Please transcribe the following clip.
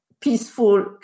peaceful